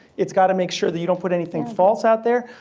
it's got to make sure that you don't put anything false out there,